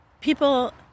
people